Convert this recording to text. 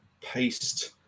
paste